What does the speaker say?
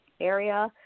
area